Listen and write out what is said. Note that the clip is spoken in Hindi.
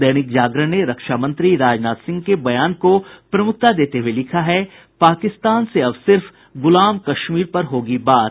दैनिक जागरण ने रक्षा मंत्री राजनाथ सिंह के बयान को प्रमुखता देते हुये लिखा है पाकिस्तान से अब सिर्फ गुलाम कश्मीर पर होगी बात